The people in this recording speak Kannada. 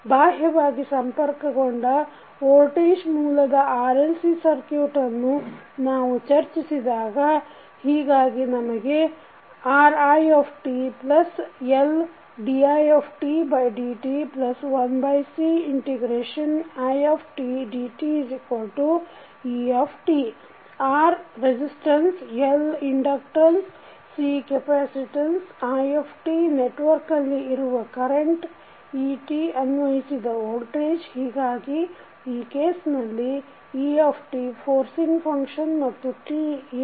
ಬಾಹ್ಯವಾಗಿ ಸಂಪರ್ಕಗೊಂಡ ವೋಲ್ಟೇಜ್ ಮೂಲದ RLC ಸರ್ಕ್ಯೂಟ್ ಅನ್ನು ನಾವು ಚರ್ಚಿಸಿದಾಗ ಹೀಗಾಗಿ ನಮಗೆ RitLdidt1Cidte R resistance L inductors C capacity i ನೆಟ್ವರ್ಕ್ನಲ್ಲಿ ಇರುವ ಕರೆಂಟ್ et ಅನ್ವಯಿಸಿದ ವೋಲ್ಟೇಜ್ ಹೀಗಾಗಿ ಈ ಕೇಸ್ನಲ್ಲಿ e ಫೋರ್ಸಿಂಗ್ ಫಂಕ್ಷನ್ ಮತ್ತು t ಏನು